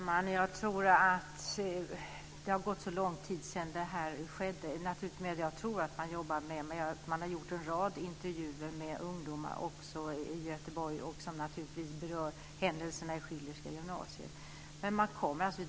Fru talman! Det har naturligtvis gått lång tid sedan det här skedde, men jag tror att man jobbar med detta. Man har gjort en rad intervjuer med ungdomar i Göteborg, också sådana som berör händelserna i Schillerska gymnasiet.